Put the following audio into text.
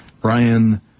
Brian